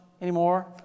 anymore